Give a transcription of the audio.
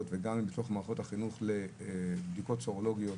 וגם בתוך מערכות החינוך לבדיקות סרולוגיות,